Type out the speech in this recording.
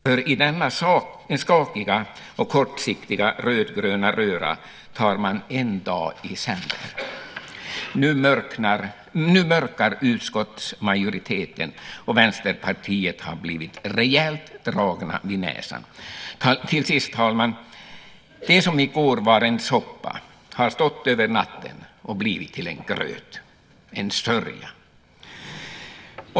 För i denna skakiga och kortsiktiga rödgröna röra tar man en dag i sänder. Nu mörkar utskottsmajoriteten, och Vänsterpartiet har blivit rejält draget vid näsan. Till sist, herr talman, det som i går var en soppa har stått över natten och blivit till en gröt, en sörja.